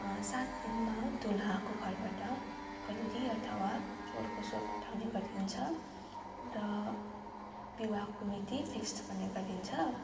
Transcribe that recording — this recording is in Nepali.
सातदिनमा दुल्हाको घरबाट कलिया अथवा चोरको सोर पठाउने गरिन्छ र विवाहको मिति फिक्स्ड पनि गरिन्छ